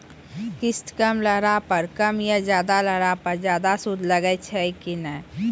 किस्त कम रहला पर कम और ज्यादा रहला पर ज्यादा सूद लागै छै कि नैय?